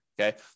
Okay